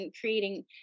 creating